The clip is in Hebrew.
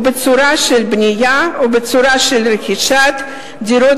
או בצורה של בנייה או בצורה של רכישת דירות